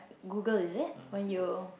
Google is it when you